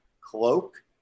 cloak